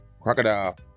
crocodile